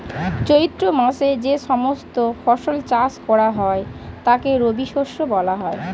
চৈত্র মাসে যে সমস্ত ফসল চাষ করা হয় তাকে রবিশস্য বলা হয়